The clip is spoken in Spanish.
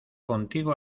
contigo